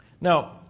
Now